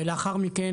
ולאחר מכן,